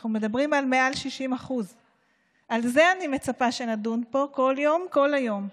אנחנו מדברים על מעל 60%. על זה אני מצפה שנדון פה כל יום כל היום.